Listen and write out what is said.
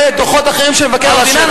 ודוחות אחרים של מבקר המדינה.